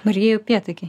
margieji upėtakiai